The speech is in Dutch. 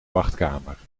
wachtkamer